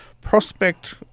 prospect